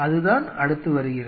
அதுதான் அடுத்து வருகிறது